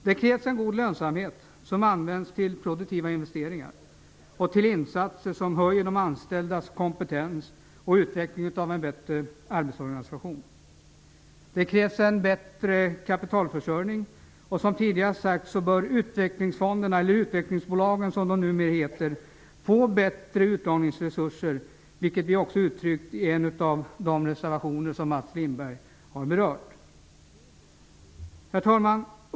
Det krävs en god lönsamhet, som skall användas till produktiva investeringar och till insatser som höjer de anställdas kompetens och till utveckling av en bättre arbetsorganisation. Det krävs en bättre kapitalförsörjning, och som tidigare sagts bör utvecklingsfonderna eller utvecklingsbolagen, som de numera kallas, få bättre utlåningsresurser. Detta har vi också givit uttryck för i en av de reservationer som Mats Lindberg har berört. Herr talman!